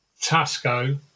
TASCO